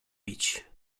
bić